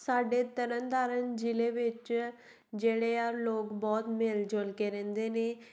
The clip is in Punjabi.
ਸਾਡੇ ਤਰਨ ਤਾਰਨ ਜ਼ਿਲ੍ਹੇ ਵਿੱਚ ਜਿਹੜੇ ਆ ਲੋਕ ਬਹੁਤ ਮਿਲ ਜੁਲ ਕੇ ਰਹਿੰਦੇ ਨੇ